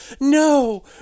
no